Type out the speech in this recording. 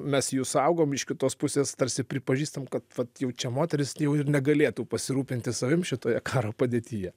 mes jus saugom iš kitos pusės tarsi pripažįstam kad vat jau čia moterys jau ir negalėtų pasirūpinti savim šitoje karo padėtyje